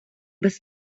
без